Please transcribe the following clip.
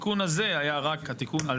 התיקון הזה היה רק התיקון,